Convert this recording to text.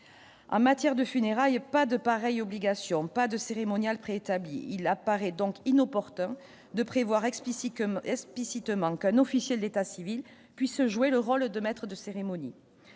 en matière de funérailles, pas de pareille obligation, pas de cérémonial préétabli, il apparaît donc inopportun de prévoir explicite comme explicitement qu'un officier d'état civil puisse jouer le rôle de maître de cérémonie,